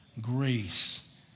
grace